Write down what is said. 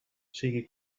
sigui